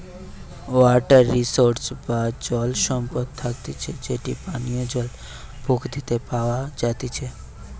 water resource বা জল সম্পদ থাকতিছে যেটি পানীয় জল প্রকৃতিতে প্যাওয়া জাতিচে